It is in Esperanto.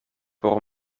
por